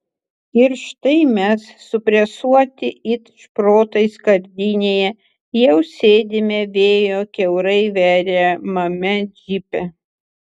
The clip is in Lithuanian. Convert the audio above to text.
ir štai mes supresuoti it šprotai skardinėje jau sėdime vėjo kiaurai veriamame džipe